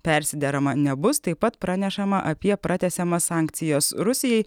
persiderama nebus taip pat pranešama apie pratęsiamas sankcijas rusijai